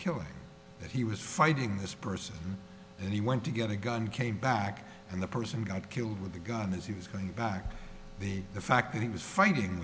that he was fighting this person and he went to get a gun came back and the person got killed with a gun is he going back the the fact that he was fighting